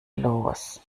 los